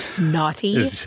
naughty